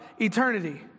eternity